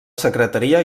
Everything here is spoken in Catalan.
secretaria